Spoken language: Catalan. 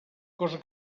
cosa